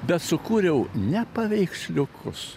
bet sukūriau ne paveiksliukus